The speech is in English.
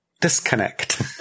disconnect